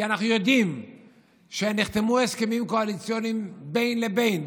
כי אנחנו יודעים שנחתמו הסכמים קואליציוניים בין לבין,